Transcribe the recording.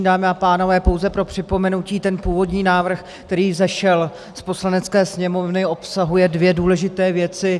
Dámy a pánové, pouze pro připomenutí, ten původní návrh, který vzešel z Poslanecké sněmovny, obsahuje dvě důležité věci.